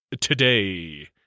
today